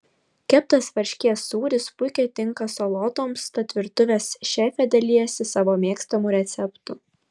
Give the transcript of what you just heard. keptas varškės sūris puikiai tinka salotoms tad virtuvės šefė dalijasi savo mėgstamu receptu